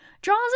draws